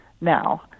now